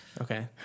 Okay